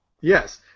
Yes